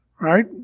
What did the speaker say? right